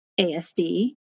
ASD